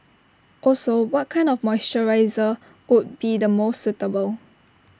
also what kind of moisturiser would be the most suitable